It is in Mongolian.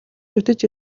шүтэж